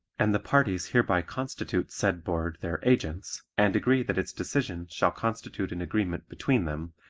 and the parties hereby constitute said board their agents and agree that its decision shall constitute an agreement between them,